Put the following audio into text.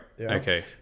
okay